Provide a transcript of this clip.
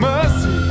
Mercy